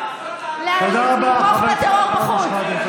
תודה רבה, חבר הכנסת אבו שחאדה.